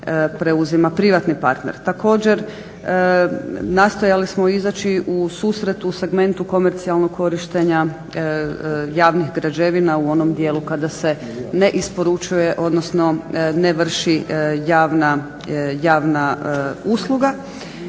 privatni partner. Također, nastojali smo izaći u susret u segmentu komercijalnog korištenja javnih građevina u onom dijelu kada se ne isporučuje, odnosno ne vrši javna usluga.